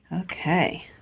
Okay